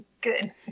Good